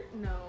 No